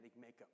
makeup